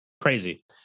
Crazy